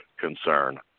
concern